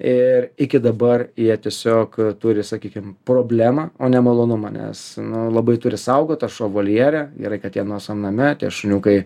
ir iki dabar jie tiesiog turi sakykim problemą o ne malonumą nes nu labai turi saugot tas šuo voljere gerai kad jie nuosavam name šuniukai